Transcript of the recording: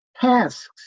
tasks